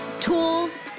tools